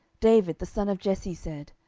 david the son of jesse said,